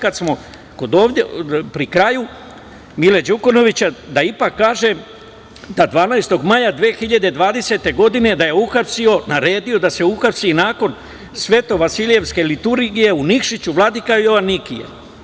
Kad smo pri kraju Mila Đukanovića, da ipak kažem da 12. maja 2020. godine da je uhapsio, naredio da se uhapsi, nakon Svetovasiljevske liturgije u Nikšiću vladika Joanikije.